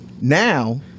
now